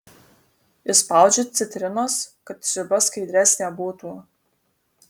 įspaudžiu citrinos kad sriuba skaidresnė būtų